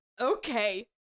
Okay